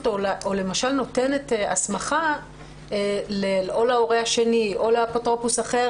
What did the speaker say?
אלא אולי למשל נותנת הסמכה להורה השני או לאפוטרופוס אחר